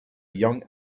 young